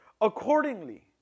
accordingly